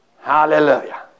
hallelujah